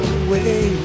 away